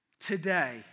Today